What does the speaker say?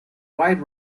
wide